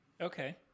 Okay